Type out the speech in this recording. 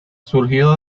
surgido